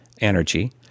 energy